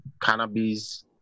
cannabis